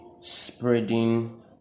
spreading